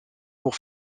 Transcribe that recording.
pour